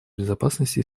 безопасности